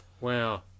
Wow